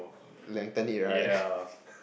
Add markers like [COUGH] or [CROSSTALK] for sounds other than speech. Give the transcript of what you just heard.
lengthen it right [BREATH]